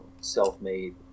self-made